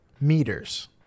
meters